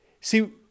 See